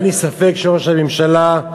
אין לי ספק שראש הממשלה,